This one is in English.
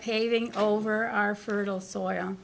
paving over our fertile soil